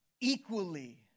equally